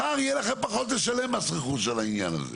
מחר יהיה לכם פחות לשלם מס רכוש על העניין הזה.